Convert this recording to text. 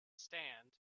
stand